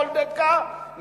כל דקה,